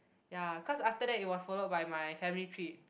ya cause after that it was followed by my family trip